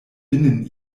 binnen